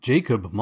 Jacob